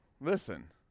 Listen